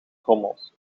trommels